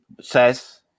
says